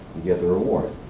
you get the reward.